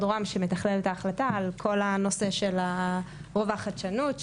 ראש הממשלה שמתכלל את ההחלטה על הנושא של רובע החדשנות,